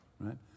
right